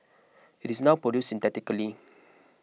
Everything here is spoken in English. it is now produced synthetically